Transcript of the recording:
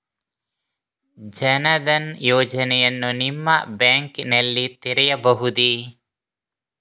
ಜನ ದನ್ ಖಾತೆಯನ್ನು ನಿಮ್ಮ ಬ್ಯಾಂಕ್ ನಲ್ಲಿ ತೆರೆಯಬಹುದೇ?